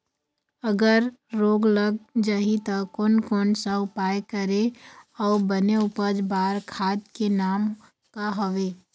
अगर रोग लग जाही ता कोन कौन सा उपाय करें अउ बने उपज बार खाद के नाम का हवे?